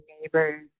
neighbors